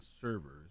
servers